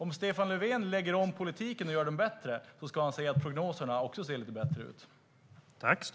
Om Stefan Löfven lägger om politiken och gör den bättre ska han se att prognoserna också ser lite bättre ut.